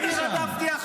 לא היה אכפת לך אז.